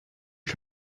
are